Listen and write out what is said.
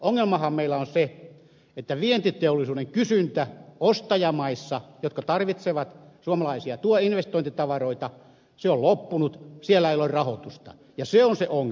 ongelmahan meillä on se että vientiteollisuuden kysyntä ostajamaissa jotka tarvitsevat suomalaisia investointitavaroita on loppunut siellä ei ole rahoitusta ja se on se ongelma